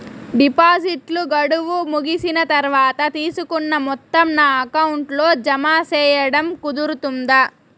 డిపాజిట్లు గడువు ముగిసిన తర్వాత, తీసుకున్న మొత్తం నా అకౌంట్ లో జామ సేయడం కుదురుతుందా?